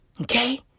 Okay